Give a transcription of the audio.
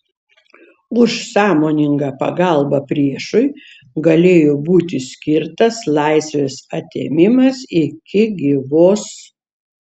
už sąmoningą pagalbą priešui galėjo būti skirtas laisvės atėmimas iki gyvos